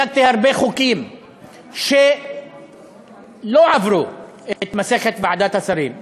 הצגתי הרבה חוקים שלא עברו את מסכת ועדת השרים והממשלה,